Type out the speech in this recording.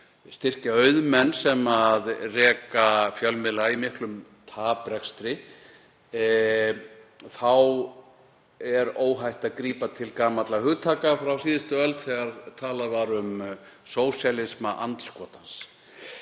styrkja auðmenn sem reka fjölmiðla í miklum taprekstri, er óhætt að grípa til gamalla hugtaka frá síðustu öld þegar talað var um sósíalisma andskotans